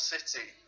City